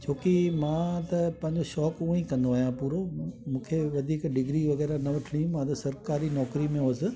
छो कि मां त पंहिंजो शौक़ु उहो ई कंदो आहियां पूरो मूंखे वधीक डिग्री वग़ैरह न वठणी मां त सरकारी नौकरी में हुउसि